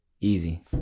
easy